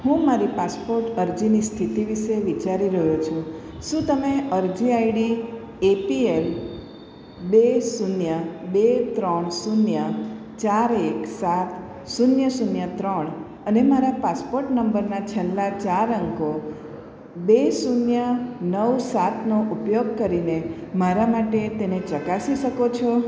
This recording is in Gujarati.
હું મારી પાસપોર્ટ અરજીની સ્થિતિ વિશે વિચારી રહ્યો છું શું તમે અરજી આઈડી એપીએલ બે શૂન્ય બે ત્રણ શૂન્ય ચાર એક સાત શૂન્ય શૂન્ય ત્રણ અને મારા પાસપોર્ટ નંબરના છેલ્લા ચાર અંકો બે શૂન્ય નવ સાતનો ઉપયોગ કરીને મારા માટે તેને ચકાસી શકો છો